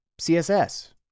CSS